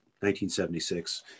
1976